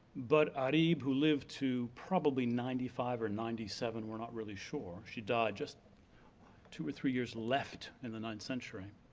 but arib who lived to probably ninety five, or ninety seven, we're not really sure, she died just two or three years left in the ninth century.